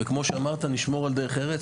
וכמו שאמרת, נשמור על דרך ארץ.